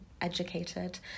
educated